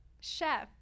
chef